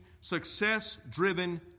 success-driven